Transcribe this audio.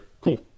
Cool